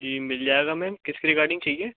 जी मिल जाएगा मैम किसके रिगार्डिंग चाहिए